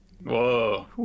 Whoa